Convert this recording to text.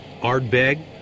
Ardbeg